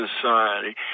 society